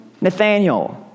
Nathaniel